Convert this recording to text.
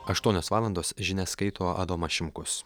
aštuonios valandos žinias skaito adomas šimkus